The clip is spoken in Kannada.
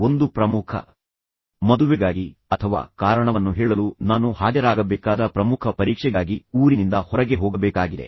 ಅಥವಾ ಪ್ರಿಯವಾದ ಮೇಡಮ್ ನಾನು ಒಂದು ಪ್ರಮುಖ ಮದುವೆಗಾಗಿ ಅಥವಾ ಕಾರಣವನ್ನು ಹೇಳಲು ನಾನು ಹಾಜರಾಗಬೇಕಾದ ಪ್ರಮುಖ ಪರೀಕ್ಷೆಗಾಗಿ ನಿಲ್ದಾಣದಿಂದ ಹೊರಗೆ ಹೋಗಬೇಕಾಗಿದೆ